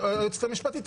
היועצת המשפטית,